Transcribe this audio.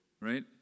right